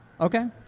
Okay